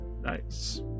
Nice